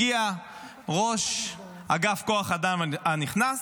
הגיע ראש אגף כוח אדם הנכנס,